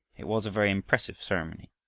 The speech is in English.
it was a very impressive ceremony.